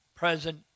present